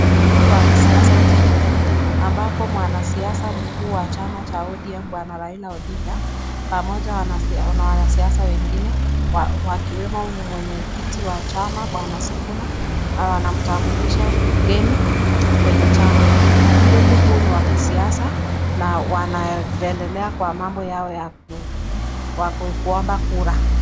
Huu ni ukumbi wa kisiasa nchini Kenya ambapo mwanasiasa mkuu wa chama cha ODM Bwana Raila Odinga pamoja na wanasiasa wengine, wakiwemo mwenyekiti wa chama Bwana Sifuna, wanamtambulisha mgeni kwenye chama. Ukumbi huu ni wa kisiasa na wanaendelea kwa mambo yao ya kuomba kura.